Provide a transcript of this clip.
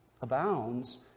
abounds